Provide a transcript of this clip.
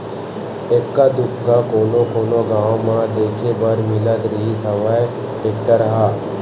एक्का दूक्का कोनो कोनो गाँव म देखे बर मिलत रिहिस हवय टेक्टर ह